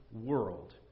world